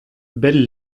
belles